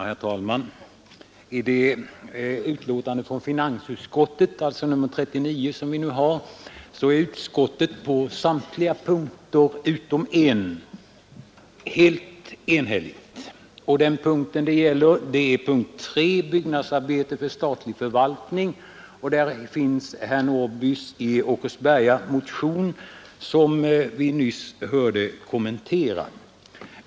Herr talman! I det betänkande från finansutskottet, nr 39, som vi nu behandlar, är utskottet enigt på samtliga punkter utom en. Den punkten är punkten 3, Byggnadsarbeten för statlig förvaltning. Där finns den motion av herr Norrby i Åkersberga som vi nyss hörde kommenteras.